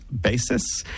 basis